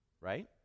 right